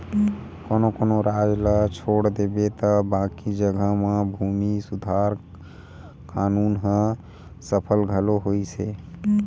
कोनो कोनो राज ल छोड़ देबे त बाकी जघा म भूमि सुधार कान्हून ह सफल घलो होइस हे